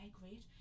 great